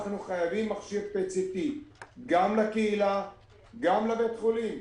אנחנו חייבים מכשיר PET-CT גם לקהילה וגם לבית החולים.